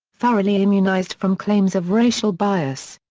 thoroughly immunized from claims of racial bias.